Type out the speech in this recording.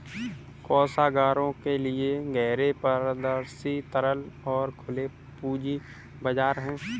कोषागारों के लिए गहरे, पारदर्शी, तरल और खुले पूंजी बाजार हैं